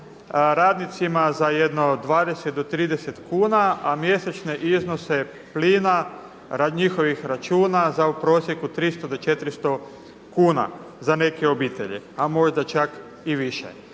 radnicima za jedno 20 do 30 kuna, a mjesečne iznose plina, njihovih računa za u prosjeku 300 do 400 kuna za neke obitelji, a možda čak i više.